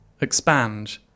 expand